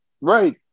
Right